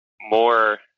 more